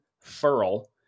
Furl